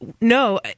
No